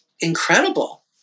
incredible